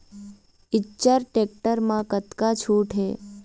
Eicher tractor म कतका छूट हे?